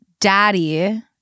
daddy